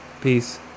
peace